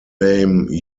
name